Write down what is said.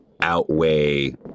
outweigh